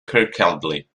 kirkcaldy